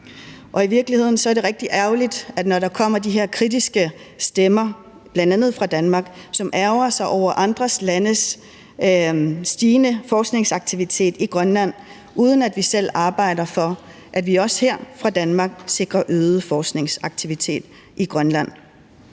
i virkeligheden er det rigtig ærgerligt, at der kommer de her kritiske stemmer bl.a. fra Danmark, som ærgrer sig over andre landes stigende forskningsaktivitet i Grønland, uden at vi selv arbejder for, at vi også her fra Danmarks side sikrer øget forskningsaktivitet i Grønland.